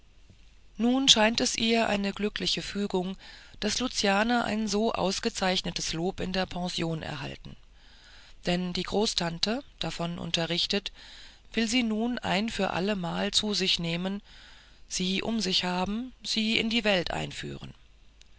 nun scheint es ihr eine glückliche fügung daß luciane ein so ausgezeichnetes lob in der pension erhalten denn die großtante davon unterrichtet will sie nun ein für allemal zu sich nehmen sie um sich haben sie in die welt einführen